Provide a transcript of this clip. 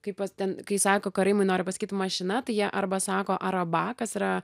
kaip ten kai sako karaimai nori pasakyt mašina tai jie arba sako araba kas yra